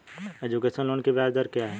Education loan की ब्याज दर क्या है?